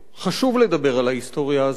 חשוב לדבר על ההיסטוריה הזאת,